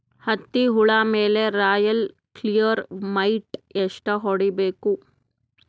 ಹತ್ತಿ ಹುಳ ಮೇಲೆ ರಾಯಲ್ ಕ್ಲಿಯರ್ ಮೈಟ್ ಎಷ್ಟ ಹೊಡಿಬೇಕು?